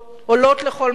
עולות לכל מקום,